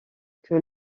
que